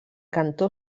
cantó